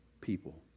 people